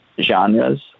genres